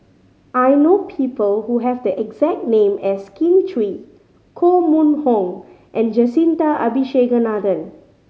I know people who have the exact name as Kin Chui Koh Mun Hong and Jacintha Abisheganaden